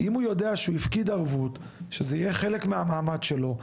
אם הוא יודע שהוא הפקיד ערבות שזה יהיה חלק מהמאמץ שלו,